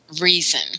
reason